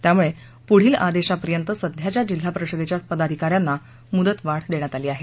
त्यामुळे पुढील आदेशापर्यंत सध्याच्या जिल्हापरिषदेच्या पदाधिकाऱ्यांना मुदत वाढ देण्यात आली आहे